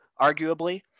arguably